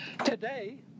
Today